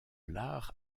l’art